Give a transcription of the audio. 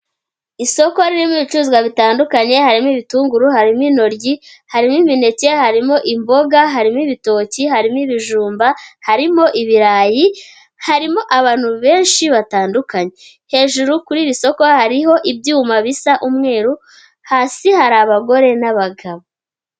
Isoko ririmo ibicuruzwa bitandukanye, harimo ibitunguru, harimo intoryi, harimo imineke, harimo imboga, harimo ibitoki, harimo ibijumba, harimo ibirayi, harimo abantu benshi batandukanye, hejuru kuri iri soko hariho ibyuma bisa umweru, hasi hari abagore n'abagabo.